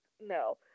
No